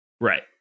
right